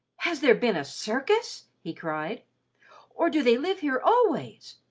has there been a circus? he cried or do they live here always?